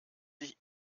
sich